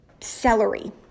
celery